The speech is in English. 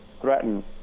threaten